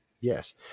Yes